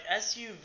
SUV